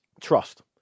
Trust